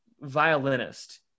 violinist